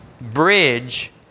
bridge